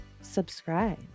subscribe